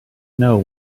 know